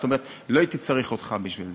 זאת אומרת, לא הייתי צריך אותך בשביל זה.